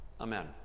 Amen